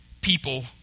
people